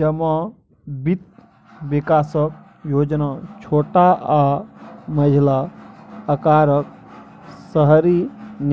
जमा बित्त बिकासक योजना छोट आ मँझिला अकारक शहरी